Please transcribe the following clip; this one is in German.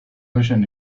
löchern